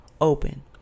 open